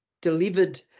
delivered